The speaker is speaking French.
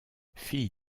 fille